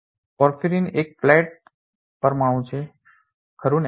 porphyrin એક flat સપાટ પરમાણુ છે ખરું ને